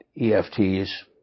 EFTs